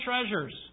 treasures